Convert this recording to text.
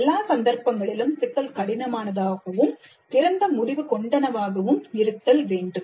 எல்லா சந்தர்ப்பங்களிலும் சிக்கல் கடினமானதாகவும் திறந்த முடிவு கொண்டனவாகவும் இருத்தல் வேண்டும்